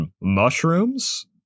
mushrooms